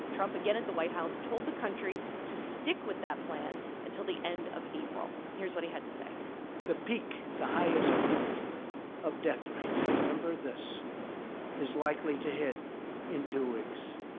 trump again at the white house told the country to stick with that plan until the end of april. here's what he had to say the peak, the highest point of death rates remember this is likely to hit in two weeks.